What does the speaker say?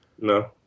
No